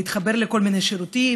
להתחבר לכל מיני שירותים,